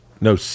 No